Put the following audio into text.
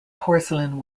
porcelain